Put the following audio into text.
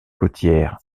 côtière